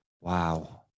wow